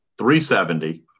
370